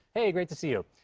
hey, great to see you.